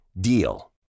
DEAL